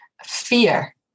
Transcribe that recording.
Fear